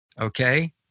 okay